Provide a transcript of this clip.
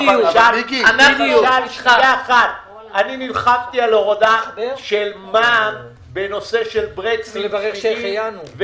אני נלחמתי על הורדה של מע"מ בנושא של ברקסים,